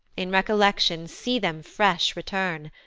in recollection see them fresh return,